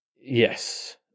Yes